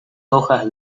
hojas